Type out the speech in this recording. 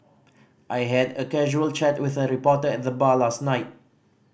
I had a casual chat with a reporter at the bar last night